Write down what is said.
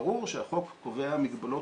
ברור שהחוק קובע מגבלות,